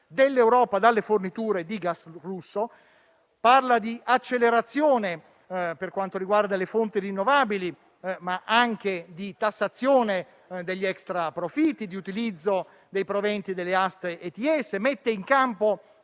dell'Europa dalle forniture di gas russo. Essa parla di accelerazione per quanto riguarda le fonti rinnovabili, ma anche di tassazione degli extraprofitti e di utilizzo dei proventi delle aste Emissions